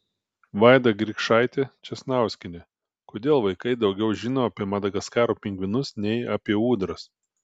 vaida grikšaitė česnauskienė kodėl vaikai daugiau žino apie madagaskaro pingvinus nei apie ūdras